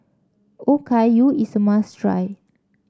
okayu is a must try